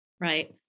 Right